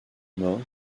mort